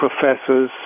professors